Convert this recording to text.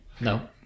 No